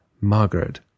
Margaret